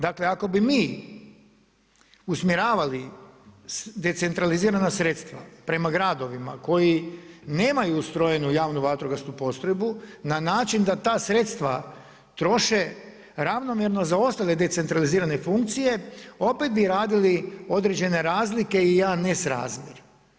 Dakle, ako bi mi usmjeravali decentralizirana sredstva prema gradovima koji nemaju ustrojenu javnu vatrogasnu postrojbu na način da ta sredstva troše ravnomjerno za ostale decentralizirane funkcije opet bi radili određene razlike i jedan nesrazmjer.